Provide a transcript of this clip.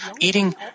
eating